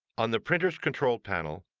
on the printer's control panel,